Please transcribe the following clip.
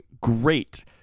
great